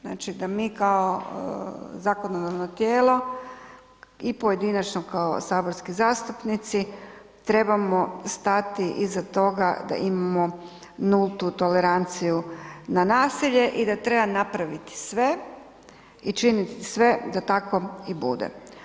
Znači da mi kao zakonodavno tijelo i pojedinačno kao saborski zastupnici trebamo stati iza toga da imamo nultu toleranciju na nasilje i da treba napraviti sve i činiti sve da tako i bude.